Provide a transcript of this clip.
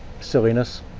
silliness